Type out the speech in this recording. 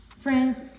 Friends